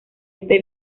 este